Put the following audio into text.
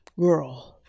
girl